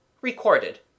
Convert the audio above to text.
Recorded